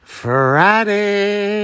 friday